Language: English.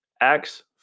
Acts